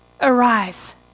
Arise